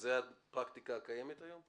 וזו הפרקטיקה הקיימת היום?